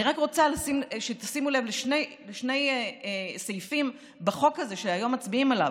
אני רק רוצה שתשימו לב לשני סעיפים בחוק הזה שהיום מצביעים עליו.